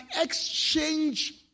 exchange